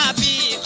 um me